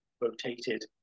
rotated